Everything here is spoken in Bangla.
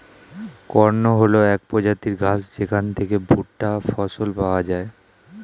কর্ন হল এক প্রজাতির ঘাস যেখান থেকে ভুট্টা ফসল পাওয়া যায়